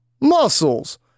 Muscles